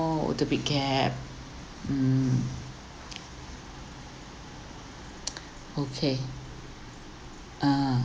the big gap mm okay ah